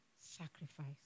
sacrifice